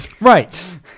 right